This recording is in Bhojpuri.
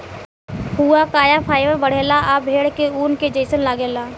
हुआकाया फाइबर बढ़ेला आ भेड़ के ऊन के जइसन लागेला